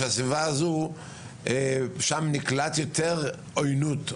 שהסביבה הזו נקלט יותר עויינות,